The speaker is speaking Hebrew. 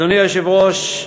אדוני היושב-ראש,